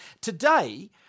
Today